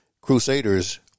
Crusaders